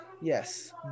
Yes